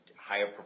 higher